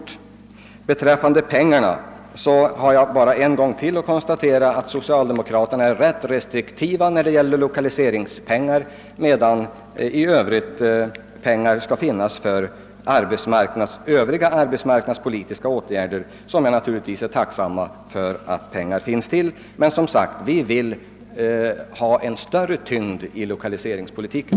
I fråga om lokaliseringsmedlen konstaterar jag bara ännu en gång att socialdemokraterna är ganska restriktiva då det gäller lokaliseringsstöd, medan de vill bevilja medel för övriga arbetsmarknadspolitiska åtgärder, och jag är naturligtvis tacksam för att det ställs medel till förfogande härför. Men vi vill som sagt ha större tyngd bakom lokaliseringspolitiken.